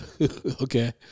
okay